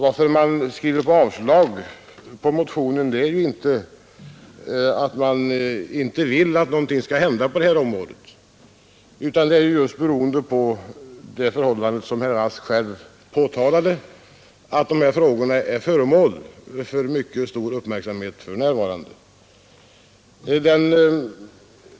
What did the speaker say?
Att man avstyrker motionen beror inte på att man inte vill att någonting skall hända på detta område, utan det beror på det förhållande som herr Rask själv framhöll, nämligen att dessa frågor är föremål för mycket stor uppmärksamhet för närvarande.